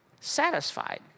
satisfied